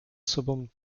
sobą